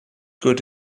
good